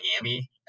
Miami